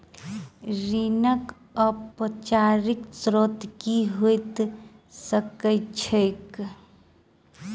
ऋणक औपचारिक स्त्रोत की होइत छैक?